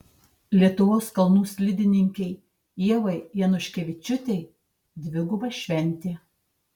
lietuvos kalnų slidininkei ievai januškevičiūtei dviguba šventė